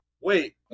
Wait